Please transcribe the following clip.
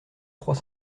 trois